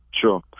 sure